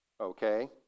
Okay